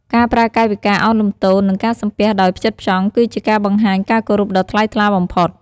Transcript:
ការប្រើកាយវិការឱនលំទោន និងការសំពះដោយផ្ចិតផ្ចង់គឺជាការបង្ហាញការគោរពដ៏ថ្លៃថ្លាបំផុត។